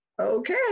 Okay